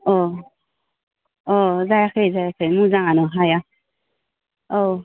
अ अ जायाखै जायाखै मोजाङानो हाया औ